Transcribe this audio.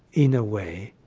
in a way,